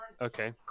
Okay